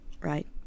right